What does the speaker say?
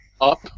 Up